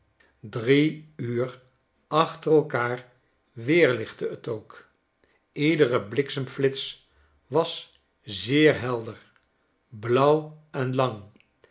drie uur achter elkaar weerlichtte het ook iedere bliksemflits was zeer helder blauw en lang